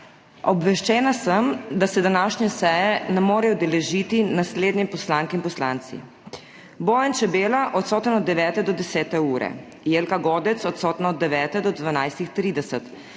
Obveščena sem, da se današnje seje ne morejo udeležiti naslednje poslanke in poslanci: Bojan Čebela odsoten od 9. do 10. ure, Jelka Godec od 9. do 12.30,